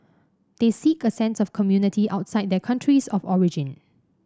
they seek a sense of community outside their countries of origin